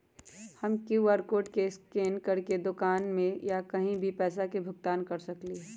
हम QR code scan करके दुकान में या कहीं भी पैसा के भुगतान कर सकली ह?